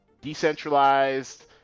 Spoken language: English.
decentralized